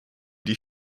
die